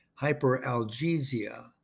hyperalgesia